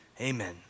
Amen